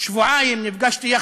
שבועיים נפגשתי,